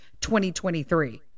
2023